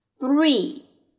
three